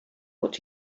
what